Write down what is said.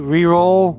Reroll